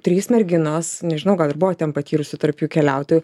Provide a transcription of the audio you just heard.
trys merginos nežinau gal ir buvo ten patyrusių tarp jų keliautojų